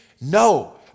No